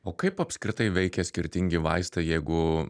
o kaip apskritai veikia skirtingi vaistai jeigu